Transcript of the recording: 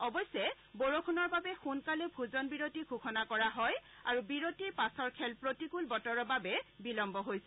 অৱশ্যে বৰষুণৰ বাবে সোনকালে ভোজন বিৰতি ঘোষণা কৰা হয় আৰু বিৰতিৰ পাছৰ খেল প্ৰতিকূল বতৰৰ বাবে বিলম্ব হৈছে